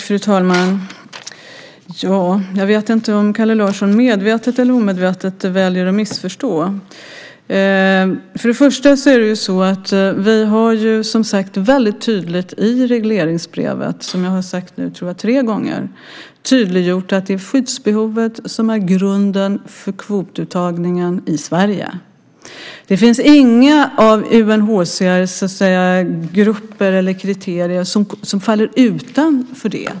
Fru talman! Jag vet inte om Kalle Larsson medvetet eller omedvetet väljer att missförstå. Först och främst har vi som sagt gjort väldigt tydligt i regleringsbrevet - jag tror att jag har sagt det tre gånger nu - att det är skyddsbehovet som är grunden för kvotuttagningen i Sverige. Det finns inga av UNHCR:s grupper eller kriterier som faller utanför det.